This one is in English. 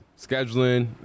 Scheduling